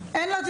נושמת,